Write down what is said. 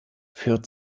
führt